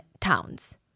towns